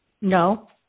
No